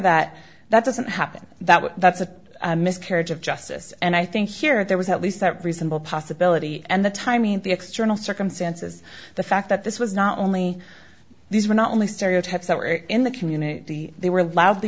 that that doesn't happen that way that's a miscarriage of justice and i think here there was at least that reasonable possibility and the timing and the external circumstances the fact that this was not only these were not only stereotypes that were in the community they were lou